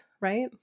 right